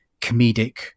comedic